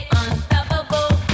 unstoppable